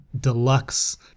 deluxe